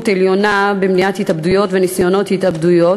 עליונה במניעת התאבדויות וניסיונות התאבדות,